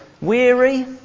Weary